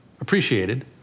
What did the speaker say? Appreciated